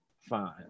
fine